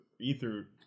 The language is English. Ether